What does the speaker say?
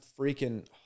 freaking